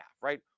right